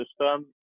system